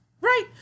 Right